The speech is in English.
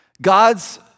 God's